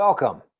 Welcome